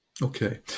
Okay